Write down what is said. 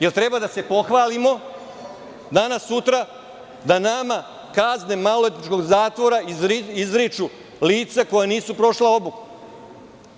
Da li treba da se pohvalimo danas, sutra, da nama kazne maloletničkog zatvora izriču lica koja nisu prošla obuku?